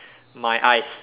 my eyes